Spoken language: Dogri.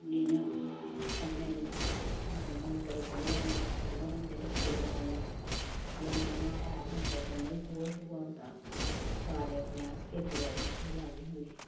जियां अपने ते ओह् डंगरें डंगर होंदे रक्खे दे ग्रांऽ बिच्च ते केह् होंदा जियां केह् हैल होंदा जिन्ना बी गोहा शोहा होंदा सारे अपने अस खेतीबाड़ी बिच्च गै लान्ने होन्ने